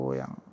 yang